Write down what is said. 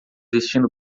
vestindo